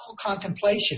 contemplation